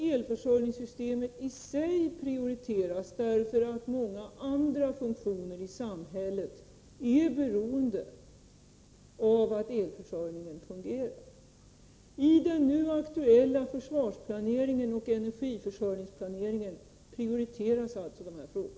Elförsörjningssystemet i sig prioriteras, ningen vid krig och därför att många andra funktioner i samhället är beroende av att krigsfara elförsörjningen fungerar. I den nu aktuella försvarsplaneringen och energiförsörjningsplaneringen prioriteras alltså de här frågorna.